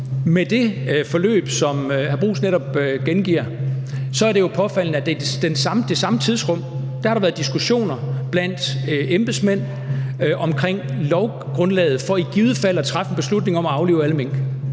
Med det forløb, som hr. Bruus netop gengiver, er det jo påfaldende, at der i det samme tidsrum har været diskussioner blandt embedsmænd om lovgrundlaget for i givet fald at træffe en beslutning om at aflive alle mink.